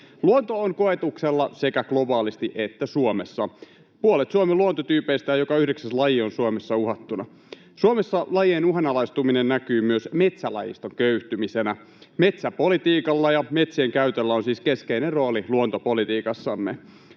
Luonto on koetuksella sekä globaalisti että Suomessa. Puolet Suomen luontotyypeistä ja joka yhdeksäs laji on Suomessa uhattuna. Suomessa lajien uhanalaistuminen näkyy myös metsälajiston köyhtymisenä. Metsäpolitiikalla ja metsienkäytöllä on siis keskeinen rooli luontopolitiikassamme,